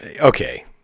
okay